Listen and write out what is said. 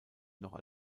noch